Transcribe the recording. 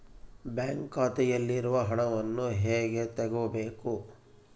Bank ಖಾತೆಯಲ್ಲಿರುವ ಹಣವನ್ನು ಹೇಗೆ ತಗೋಬೇಕು?